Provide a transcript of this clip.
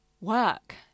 work